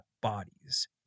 bodies